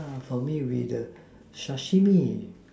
for me will be the Sashimi